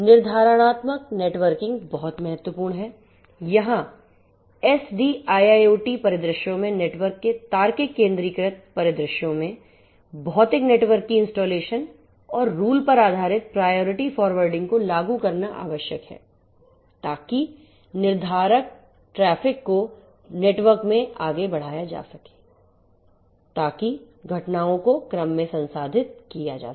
निर्धारणात्मक networking बहुत महत्वपूर्ण है यहाँ SDIIoT परिदृश्यों में नेटवर्क के तार्किक केंद्रीकृतपरिदृश्यों में भौतिक नेटवर्क की इंस्टॉलेशन और रूल पर आधारित प्रायोरिटी फॉरवर्डिंग को लागू करना आवश्यक है ताकि निर्धारक ट्रैफिक को नेटवर्क में आगे बढ़ाया जा सके ताकि घटनाओं को क्रम में संसाधित किया जा सके